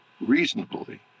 reasonably